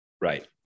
Right